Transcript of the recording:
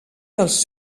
dels